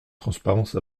transparence